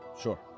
Sure